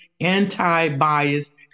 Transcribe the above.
anti-bias